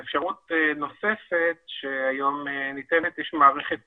נוך היא לתת את ההרשאה